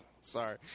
Sorry